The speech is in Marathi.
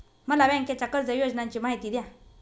मला बँकेच्या कर्ज योजनांची माहिती द्या